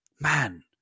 man